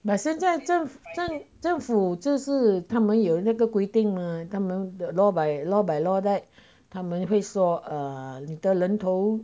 but 现在政政政府就是他们有那个规定吗他们 the law by law by law right 他们会说 err 你的人头